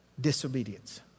disobedience